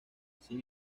sin